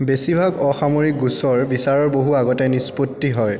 বেছিভাগ অসামৰিক গোচৰ বিচাৰৰ বহু আগতে নিষ্পত্তি হয়